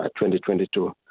2022